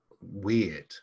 weird